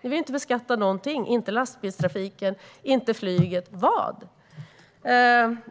Ni vill inte beskatta någonting - inte lastbilstrafiken, inte flyget, men vad?